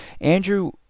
Andrew